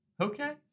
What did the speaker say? Okay